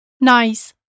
Nice